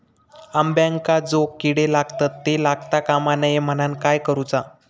अंब्यांका जो किडे लागतत ते लागता कमा नये म्हनाण काय करूचा?